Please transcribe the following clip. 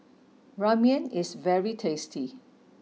Ramen is very tasty